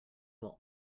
will